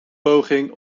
poging